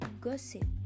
gossip